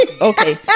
Okay